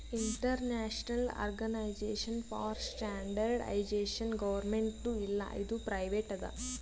international organisation for standardisation ಗೌರ್ಮೆಂಟ್ದು ಇಲ್ಲ ಇದು ಪ್ರೈವೇಟ್ ಅದಾ